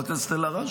חברת הכנסת אלהרר,